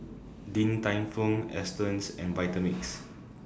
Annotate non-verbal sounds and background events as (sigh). Din Tai Fung Astons and Vitamix (noise)